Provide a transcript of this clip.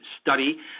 Study